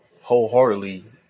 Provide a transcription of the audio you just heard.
wholeheartedly